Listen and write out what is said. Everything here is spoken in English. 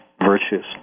virtues